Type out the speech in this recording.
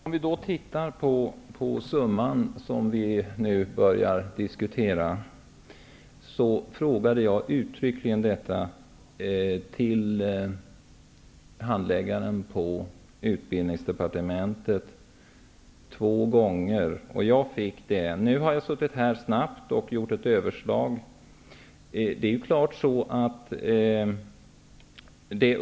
Herr talman! När det gäller den summa vi nu diskuterar frågade jag uttryckligen handläggaren på Utbildningsdepartementet, och jag gjorde det två gånger. Jag fick då denna uppgift. Nu har jag suttit här och gjort ett snabbt överslag.